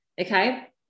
Okay